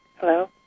Hello